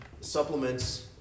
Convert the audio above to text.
supplements